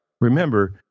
Remember